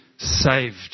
Saved